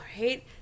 right